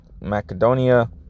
macedonia